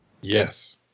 Yes